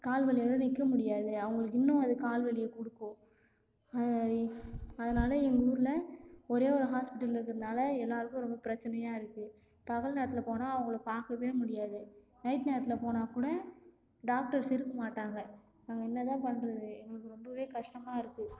கால் வலியோட நிற்க முடியாது அவங்களுக்கு இன்னும் அது கால் வலியை கொடுக்கும் அதனால எங்கள் ஊர்ல ஒரே ஒரு ஹாஸ்பிட்டல் இருக்கிறதுனால எல்லாருக்கும் ரொம்ப பிரச்சனையாக இருக்குது பகல் நேரத்தில் போனால் அவங்கள பார்க்கவே முடியாது நைட் நேரத்தில் போனால் கூட டாக்டர்ஸ் இருக்க மாட்டாங்கள் நாங்கள் என்ன தான் பண்ணுறது எங்களுக்கு ரொம்பவே கஷ்டமாயிருக்கு